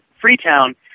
Freetown